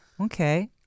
okay